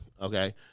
Okay